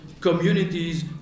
communities